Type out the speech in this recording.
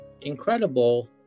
incredible